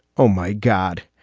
oh, my god.